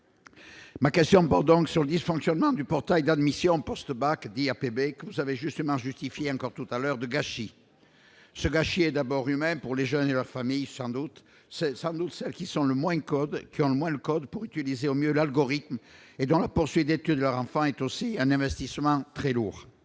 ma question porte donc sur les dysfonctionnements du portail d'admission post-bac dit APB vous avez justement justifie encore tout à l'heure de gâchis ce gâchis est d'abord humain pour les jeunes et leurs familles sans doute ce soir, nous, celles qui sont le moins code qui ont le moins le code pour utiliser au mieux l'algorithme et dans la poursuite d'études leur enfant est aussi un investissement très lourd.